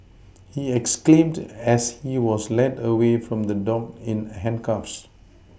he exclaimed as he was led away from the dock in handcuffs